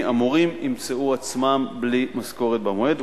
המורים ימצאו עצמם בלי משכורת במועד,